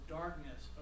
darkness